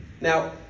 Now